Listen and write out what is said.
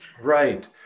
Right